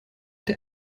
der